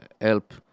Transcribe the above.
help